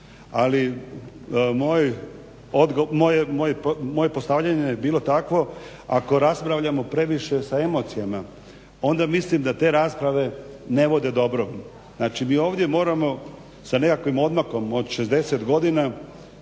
ali moje postavljanje je bilo takvo ako raspravljamo previše sa emocijama, onda mislim da te rasprave ne vode dobrom. Znači, mi ovdje moramo sa nekakvim odmakom od 60 godina,